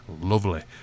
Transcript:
lovely